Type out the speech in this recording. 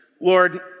Lord